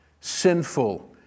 sinful